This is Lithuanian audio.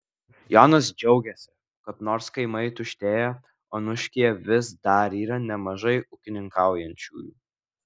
jonas džiaugiasi kad nors kaimai tuštėja onuškyje vis dar yra nemažai ūkininkaujančiųjų